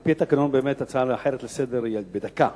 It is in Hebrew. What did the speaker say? על-פי התקנון באמת הצעה אחרת לסדר-היום היא בדקה,